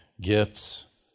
gifts